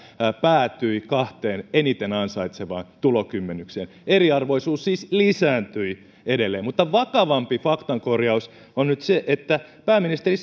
päätyi kahteen eniten ansaitsevaan tulokymmenykseen eriarvoisuus siis lisääntyi edelleen mutta vakavampi faktan korjaus on nyt se että pääministeri